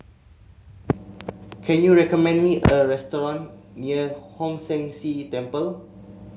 can you recommend me a restaurant near Hong San See Temple